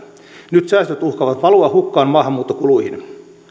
nyt säästöt uhkaavat valua hukkaan maahanmuuttokuluihin